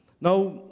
Now